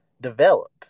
develop